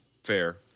Fair